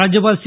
राज्यपाल सी